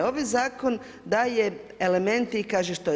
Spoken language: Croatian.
Ovaj zakon daje elemente i kaže što je.